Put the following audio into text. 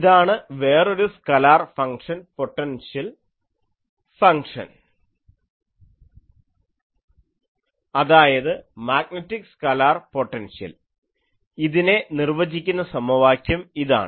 ഇതാണ് വേറൊരു scalar function potential function അതായത് മാഗ്നെറ്റിക് സ്കലാർ പൊട്ടൻഷ്യൽ ഇതിനെ നിർവചിക്കുന്ന സമവാക്യം ഇതാണ്